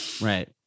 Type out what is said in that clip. right